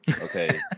Okay